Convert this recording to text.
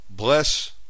Bless